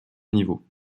niveau